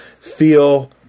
feel